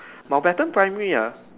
Mountbatten Primary ah